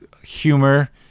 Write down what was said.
Humor